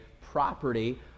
property